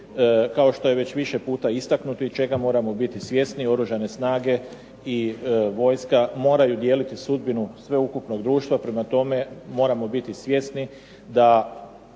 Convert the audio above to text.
kao što je već više puta istaknuto i čega moramo biti svjesni, oružane snage i vojska moraju dijeliti sudbinu sveukupnog društva, prema tome moramo biti svjesni da